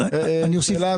החוסר.